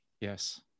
Yes